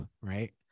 right